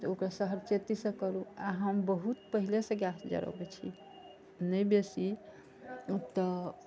तऽ ओकर आ हम बहुत पहलेसँ गैस जरैबे छी नहि बेसी तऽ